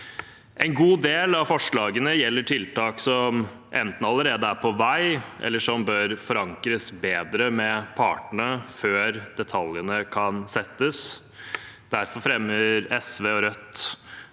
En god del av forslagene gjelder tiltak som enten allerede er på vei, eller som bør forankres bedre med partene før detaljene kan settes. Derfor fremmer SV og Rødt